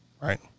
Right